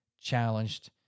challenged